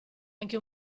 anche